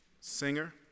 singer